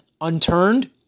unturned